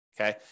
okay